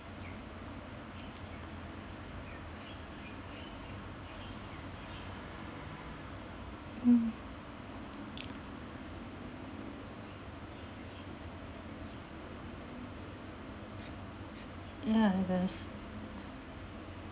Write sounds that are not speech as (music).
hmm (noise) ya I guess